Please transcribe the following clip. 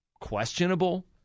questionable